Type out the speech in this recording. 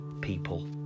people